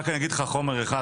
רק אני אגיד לך חומר אחד,